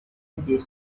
igihe